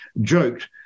joked